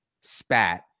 spat